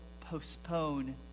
postpone